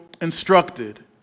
instructed